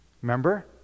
Remember